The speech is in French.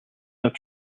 neuf